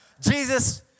Jesus